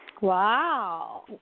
Wow